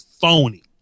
phony